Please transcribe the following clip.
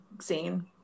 scene